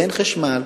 אין חשמל,